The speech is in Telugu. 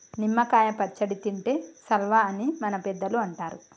నిమ్మ కాయ పచ్చడి తింటే సల్వా అని మన పెద్దలు అంటరు